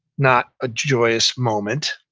not a joyous moment.